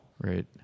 right